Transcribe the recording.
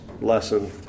lesson